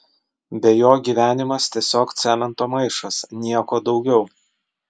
be jo gyvenimas tiesiog cemento maišas nieko daugiau